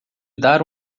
dar